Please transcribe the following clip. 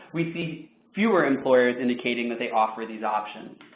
we see fewer employers indicating that they offer these options.